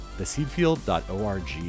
theseedfield.org